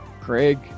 Craig